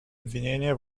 обвинения